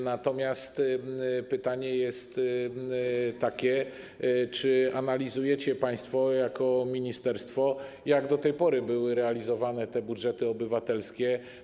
Natomiast pytanie jest takie: Czy analizujecie państwo jako ministerstwo, jak do tej pory były realizowane te budżety obywatelskie?